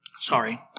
Sorry